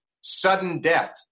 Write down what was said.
sudden-death